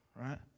right